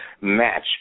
match